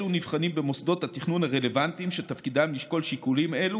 אלו נבחנים במוסדות התכנון הרלוונטיים שתפקידם לשקול שיקולים אלו